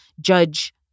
Judge